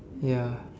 ya